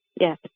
Yes